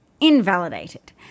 invalidated